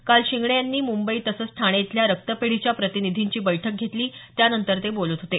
डॉ शिंगणे यांनी काल मुंबई तसंच ठाणे इथल्या रक्तपेढीच्या प्रतिनिधींची बैठक घेतली त्यानंतर ते बोलत होते